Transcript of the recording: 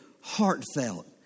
heartfelt